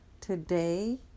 today